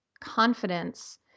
confidence